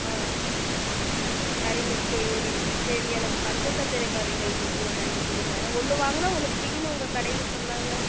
ஆ சரிங்க சரி சரி எனக்கு பஞ்சதந்திர கதைகள் புக்கு ஒரு ரெண்டு கொடுங்க ஒன்று வாங்குனா ஒன்று ஃபிரீன்னு உங்கள் கடையில் சொன்னாங்க